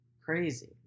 crazy